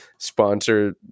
sponsor